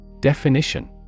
Definition